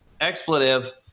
expletive